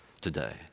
today